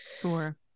Sure